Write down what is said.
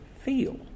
feel